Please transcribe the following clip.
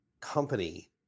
company